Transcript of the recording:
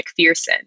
mcpherson